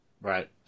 Right